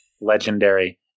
Legendary